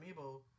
Amiibo